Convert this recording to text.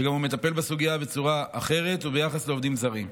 שגם הוא מטפל בסוגיה בצורה אחרת וביחס לעובדים זרים.